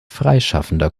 freischaffender